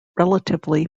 relatively